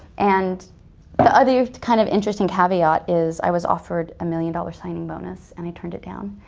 and the other kind of interesting caveat is i was offered a million dollar signing bonus and i turned it down.